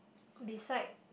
beside